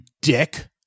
dick